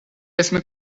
اسم